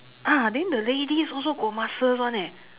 ah then the ladies also got muscles [one] leh